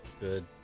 good